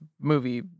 movie